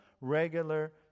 regular